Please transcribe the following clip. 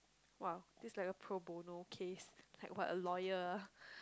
!wah! this like a pro bono case like what a lawyer ah